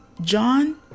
John